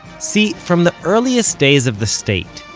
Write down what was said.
see, from the earliest days of the state,